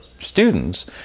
students